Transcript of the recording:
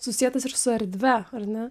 susietas ir su erdve ar ne